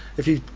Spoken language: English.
if you